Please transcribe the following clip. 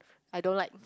I don't like